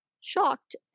Shocked